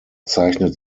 zeichnet